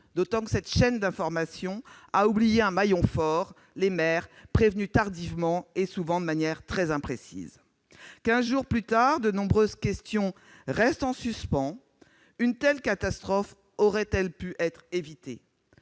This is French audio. d'autant moins que cette chaîne d'information a oublié un maillon fort : les maires, prévenus tardivement et souvent de manière très imprécise. Quinze jours plus tard, de nombreuses questions restent en suspens. Une telle catastrophe aurait-elle pu être évitée ?